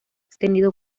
extendido